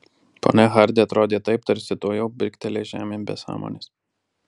ponia hardi atrodė taip tarsi tuojau brinktelės žemėn be sąmonės